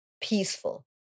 peaceful